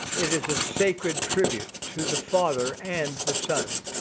it is a sacred tribute to the father and the son,